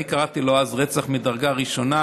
אני קראתי לו אז רצח מדרגה ראשונה,